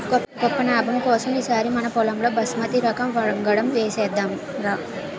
గొప్ప నాబం కోసం ఈ సారి మనపొలంలో బాస్మతి రకం వంగడం ఏసేద్దాంరా